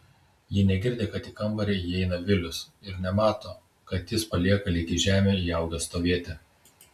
ji negirdi kad į kambarį įeina vilius ir nemato kad jis palieka lyg į žemę įaugęs stovėti